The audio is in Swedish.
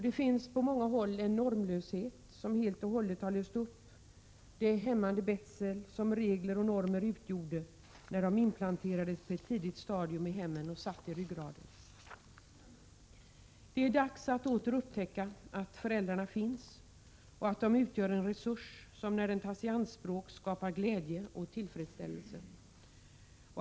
Det finns på många håll en normlöshet som helt och hållet har löst upp det hämmande betsel som regler och normer utgjorde när de inplanterades på ett tidigt stadium i hemmen och satt i ryggraden. Det är dags att åter upptäcka att föräldrarna finns och att de utgör en resurs som när den tas i anspråk skapar glädje och tillfredsställelse.